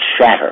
shatter